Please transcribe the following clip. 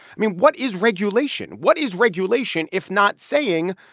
i mean, what is regulation? what is regulation if not saying,